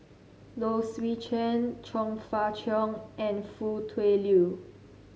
Low Swee Chen Chong Fah Cheong and Foo Tui Liew